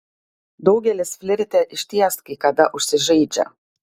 daugelis flirte išties kai kada užsižaidžia